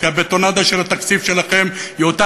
כי הבטונדה של התקציב שלכם היא אותה